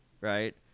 right